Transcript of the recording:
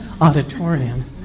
auditorium